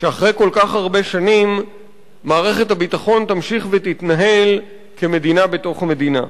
שאחרי כל כך הרבה שנים מערכת הביטחון תמשיך ותתנהל כמדינה בתוך מדינה.